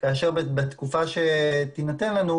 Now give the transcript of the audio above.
כאשר בתקופה שתינתן לנו,